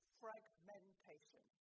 fragmentation